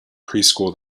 preschool